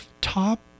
top